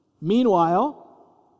Meanwhile